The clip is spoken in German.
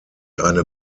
eine